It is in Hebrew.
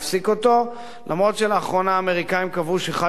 אף שבאחרונה האמריקנים קבעו שחל שיפור בתפקודו.